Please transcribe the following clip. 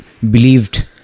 believed